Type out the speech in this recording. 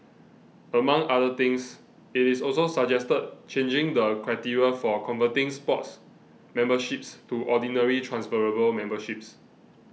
among other things it also suggested changing the criteria for converting Sports memberships to Ordinary transferable memberships